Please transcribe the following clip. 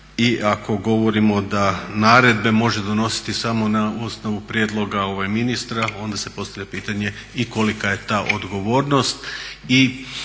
I ako govorimo da naredbe može donositi samo na osnovu prijedloga ministra, onda se postavlja pitanje i kolika je ta odgovornost.